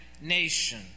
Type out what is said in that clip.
nation